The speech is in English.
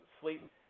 sleep